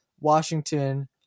Washington